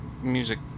music